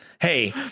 hey